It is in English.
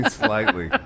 slightly